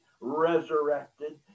resurrected